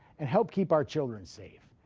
and help keep our children safe.